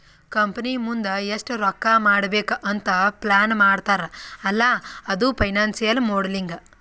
company ಮುಂದ್ ಎಷ್ಟ ರೊಕ್ಕಾ ಮಾಡ್ಬೇಕ್ ಅಂತ್ ಪ್ಲಾನ್ ಮಾಡ್ತಾರ್ ಅಲ್ಲಾ ಅದು ಫೈನಾನ್ಸಿಯಲ್ ಮೋಡಲಿಂಗ್